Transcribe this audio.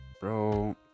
bro